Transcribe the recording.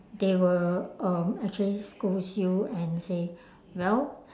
they will um actually scolds you and say well